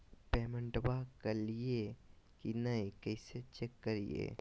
पेमेंटबा कलिए की नय, कैसे चेक करिए?